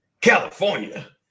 California